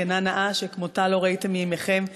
זקנה נאה שכמותה לא ראיתם מימיכם.